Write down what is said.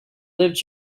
lived